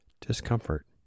discomfort